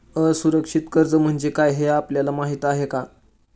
असुरक्षित कर्ज म्हणजे काय हे आपल्याला माहिती आहे का?